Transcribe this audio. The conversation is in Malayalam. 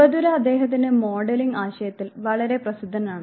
ബന്ദുര അദ്ദേഹത്തിന്റെ മോഡലിംഗ് ആശയത്തിൽ വളരെ പ്രസിദ്ധനാണ്